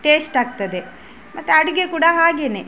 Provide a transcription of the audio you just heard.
taste ಆಗ್ತದೆ ಮತ್ತು ಅಡುಗೆ ಕೂಡ ಹಾಗೆಯೇ